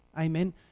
Amen